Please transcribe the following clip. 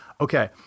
Okay